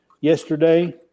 yesterday